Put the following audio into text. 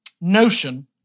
notion